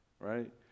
Right